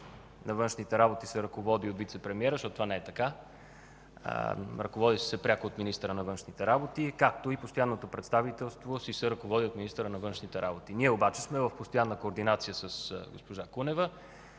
на външните работи се ръководи от вицепремиера, защото това не е така. Ръководи се пряко от министъра на външните работи, както и Постоянното представителство се ръководи от министъра на външните работи. Ние обаче сме в постоянна координация с госпожа Кунева